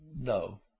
No